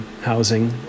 housing